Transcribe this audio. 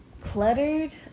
cluttered